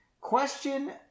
Question